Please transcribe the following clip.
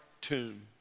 tomb